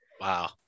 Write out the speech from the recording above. Wow